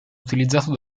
utilizzato